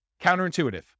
Counterintuitive